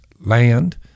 land